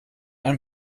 ein